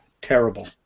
Terrible